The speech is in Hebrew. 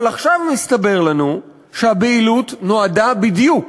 אבל עכשיו מסתבר לנו שהבהילות באה בדיוק